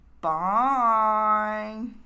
Bye